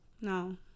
No